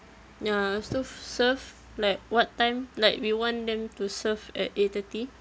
ya sof~ serve like what time like we want them to serve at eight thirty